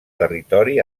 territori